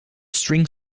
string